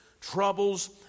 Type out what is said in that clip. troubles